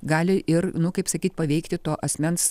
gali ir nu kaip sakyt paveikti to asmens